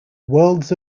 worlds